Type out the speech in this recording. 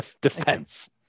defense